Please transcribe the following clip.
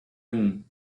home